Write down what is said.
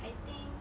I think